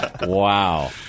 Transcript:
Wow